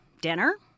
Dinner